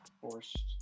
forced